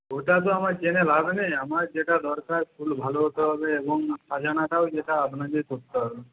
ওটা তো আমার জেনে লাভ নেই আমার যেটা দরকার ফুল ভালো হতে হবে এবং সাজানোটাও যেটা আপনাকেই করতে হবে